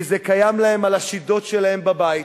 כי זה קיים להם על השידות שלהם בבית,